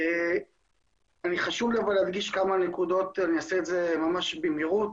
אבל חשוב לי להדגיש כמה נקודות ואעשה את זה ממש במהירות.